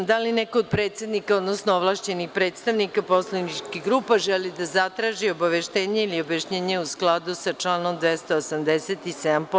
Da li neko od predsednika, odnosno ovlašćenih predstavnika poslaničkih grupa želi da zatraži obaveštenje ili objašnjenje, u skladu sa članom 287.